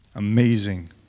Amazing